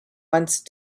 once